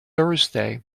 thursday